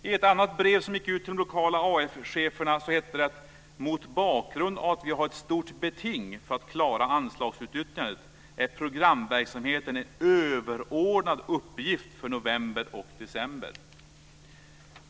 I ett annat brev som gick ut till de lokala arbetsförmedlingscheferna hette det: Mot bakgrund av att vi har ett stort beting för att klara anslagsutnyttjandet är programverksamheten en överordnad uppgift för november och december.